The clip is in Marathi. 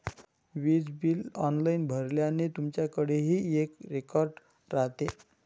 वीज बिल ऑनलाइन भरल्याने, तुमच्याकडेही एक रेकॉर्ड राहते